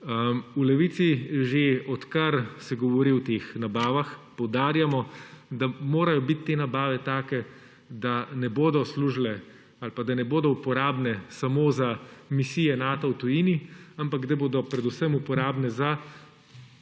V Levici, že odkar se govori o teh nabavah, poudarjamo, da morajo biti te nabave take, da ne bodo služile ali pa da ne bodo uporabne samo za misije Nata v tujini, ampak da bodo predvsem uporabne za